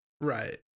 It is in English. Right